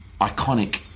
iconic